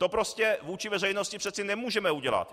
To prostě vůči veřejnosti přece nemůžeme udělat.